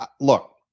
Look